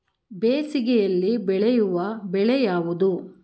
ಬೇಸಿಗೆಯಲ್ಲಿ ಬೆಳೆಯುವ ಬೆಳೆ ಯಾವುದು?